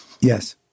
Yes